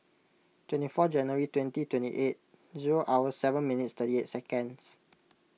twenty Jan twenty twenty eight zero hours seven minutes thirty eight seconds